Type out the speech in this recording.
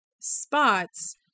spots